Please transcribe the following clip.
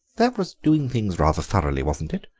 that was doing things rather thoroughly, wasn't it?